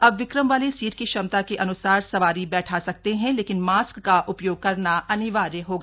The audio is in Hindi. अब विक्रम वाले सीट की क्षमता के अनुसार सवारी बैठा सकते हैं लेकिन मास्क का उपयोग करना अनिवार्य होगा